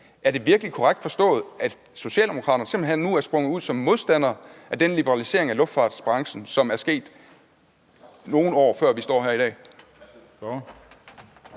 Er det virkelig korrekt forstået, at Socialdemokraterne simpelt hen nu er sprunget ud som modstandere af den liberalisering af luftfartsbranchen, som er sket nogle år forud for i dag?